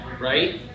right